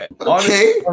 okay